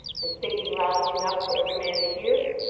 and speaking loudly enough for every man to hear,